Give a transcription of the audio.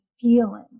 feeling